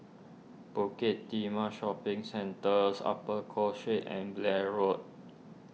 Bukit Timah Shopping Centres Upper Cross Street and Blair Road